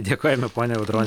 dėkojame poniai audronei